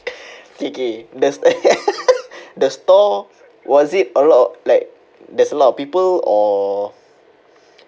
K K the the store was it a lot like there's a lot of people or